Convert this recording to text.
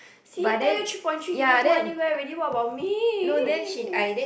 see tell you three point three cannot go anywhere what about me